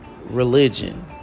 religion